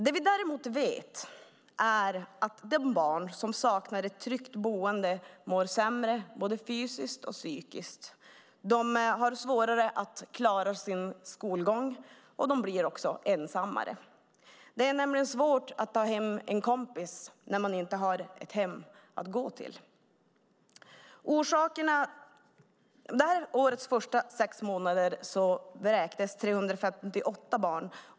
Det vi däremot vet är att de barn som saknar ett tryggt boende mår sämre fysiskt och psykiskt. De har svårare att klara sin skolgång, och de blir ensammare. Det är svårt att ta hem en kompis när man inte har ett hem att gå till. Det här årets sex första månader vräktes 358 barn.